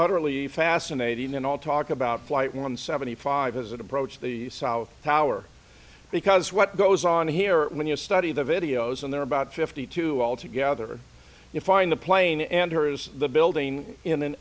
utterly fascinating in all talk about flight one seventy five as it approached the south tower because what goes on here when you study the videos and there are about fifty two all together you find the plane and here is the building